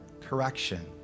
Correction